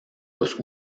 los